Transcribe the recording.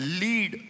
lead